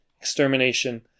extermination